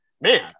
man